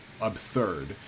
absurd